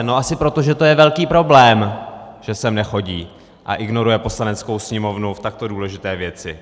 No asi proto, že to je velký problém, že sem nechodí a ignoruje Poslaneckou sněmovnu v takto důležité věci.